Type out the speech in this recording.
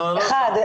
אחת,